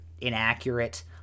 inaccurate